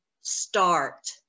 start